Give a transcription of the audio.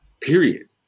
Period